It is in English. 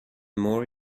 more